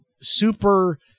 super